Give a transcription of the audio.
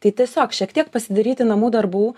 tai tiesiog šiek tiek pasidaryti namų darbų